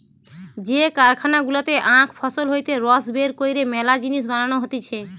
যে কারখানা গুলাতে আখ ফসল হইতে রস বের কইরে মেলা জিনিস বানানো হতিছে